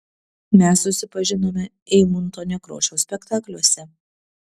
mes susipažinome eimunto nekrošiaus spektakliuose